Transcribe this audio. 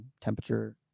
temperature